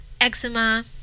eczema